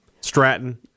Stratton